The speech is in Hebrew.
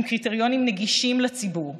עם קריטריונים נגישים לציבור.